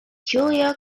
julia